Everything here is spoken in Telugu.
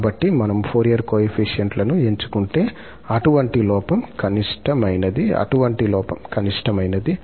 కాబట్టి మనము ఫోరియర్ కోయెఫిషియంట్ లను ఎంచుకుంటే అటువంటి లోపం కనిష్టమైనది అటువంటి లోపం కనిష్టమైనది